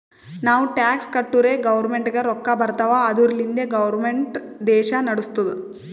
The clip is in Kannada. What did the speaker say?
ನಾವು ಟ್ಯಾಕ್ಸ್ ಕಟ್ಟುರೇ ಗೌರ್ಮೆಂಟ್ಗ ರೊಕ್ಕಾ ಬರ್ತಾವ್ ಅದುರ್ಲಿಂದೆ ಗೌರ್ಮೆಂಟ್ ದೇಶಾ ನಡುಸ್ತುದ್